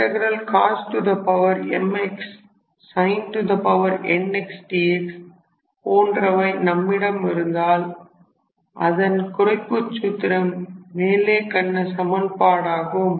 cos mx sin nx dx போன்றவை நம்மிடம் இருந்தால் அதன் குறைப்புச் சூத்திரம் மேலே கண்ட சமன்பாடு ஆகும்